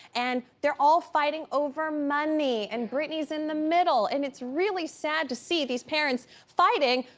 and they're all fighting over money, and britney's in the middle. and it's really sad to see these parents fighting.